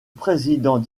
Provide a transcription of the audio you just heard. président